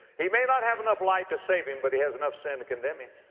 he may not have enough light to save him but he has enough sin to condemn him.